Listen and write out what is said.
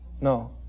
No